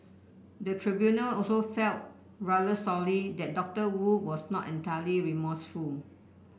the tribunal also felt rather sorely that Doctor Wu was not entirely remorseful